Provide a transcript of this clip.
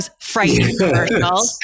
frightening